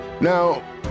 Now